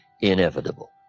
inevitable